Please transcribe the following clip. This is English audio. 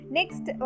Next